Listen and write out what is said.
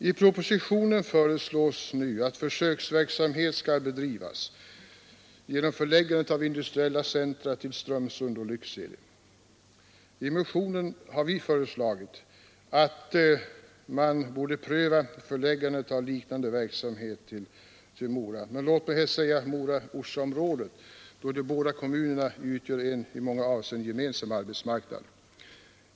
I propositionen föreslås nu att försöksverksamhet skall bedrivas genom förläggande av industriella centra till Strömsund och Lycksele. I motionen har vi föreslagit att man borde pröva förläggandet av liknande verksamhet till Mora eller låt mig säga Mora-Orsaområdet, då de båda kommunerna utgör en i många avseenden gemensam arbetsmarknad.